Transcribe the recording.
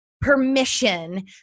permission